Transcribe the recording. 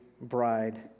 bride